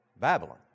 Babylon